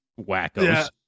wackos